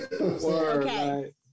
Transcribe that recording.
okay